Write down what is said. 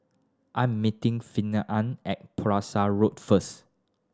I am meeting Finnegan at Pulasan Road first